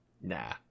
nah